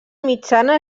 mitjana